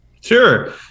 Sure